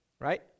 right